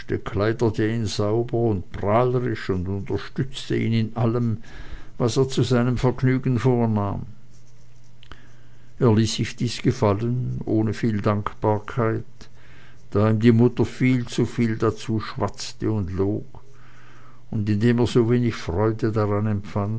kleidete ihn sauber und prahlerisch und unterstützte ihn in allem was er zu seinem vergnügen vornahm er ließ sich dies gefallen ohne viel dankbarkeit da ihm die mutter viel zuviel dazu schwatzte und log und indem er so wenig freude daran empfand